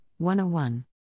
101